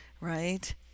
right